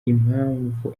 impamvu